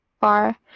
far